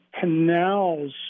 canals